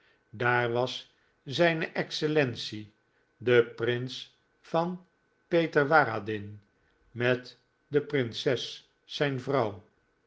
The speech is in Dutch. daar was zijne excellentie de prins van peterwaradin met de prinses zijn vrouw